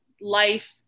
life